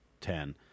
Ten